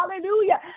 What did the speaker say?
Hallelujah